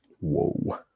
Whoa